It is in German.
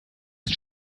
ist